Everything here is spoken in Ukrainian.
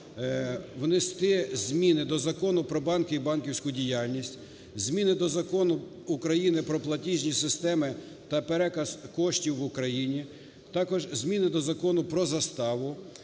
внести зміни до Закону "Про банки і банківську діяльність", зміни до Закону України "Про платіжні системи та переказ коштів в Україні". Також зміни до Закону "Про заставу",